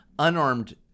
unarmed